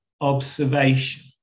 observation